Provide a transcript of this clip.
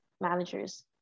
managers